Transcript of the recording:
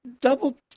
Double